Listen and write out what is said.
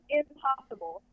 impossible